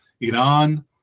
Iran